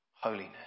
Holiness